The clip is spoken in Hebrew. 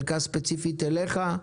חלקה ספציפית אליך.